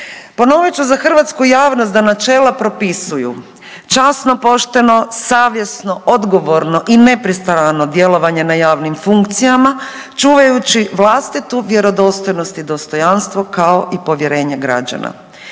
Ponovit ću za hrvatsku javnost da načela propisuju časno, pošteno, savjesno, odgovorno i nepristrano djelovanje na javnim funkcijama, čuvajući vlastitu vjerodostojnost i dostojanstvo kao i povjerenje građana.